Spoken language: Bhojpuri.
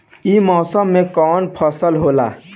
ई मौसम में कवन फसल होला?